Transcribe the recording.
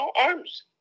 arms